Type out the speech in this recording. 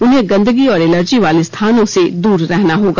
उन्हें गंदगी और एलर्जी वाले स्थानों से दूर रहना होगा